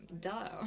duh